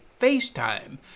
FaceTime